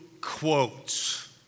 quotes